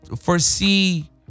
foresee